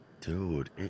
Dude